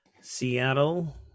Seattle